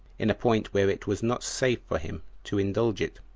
in a point where it was not safe for him to indulge it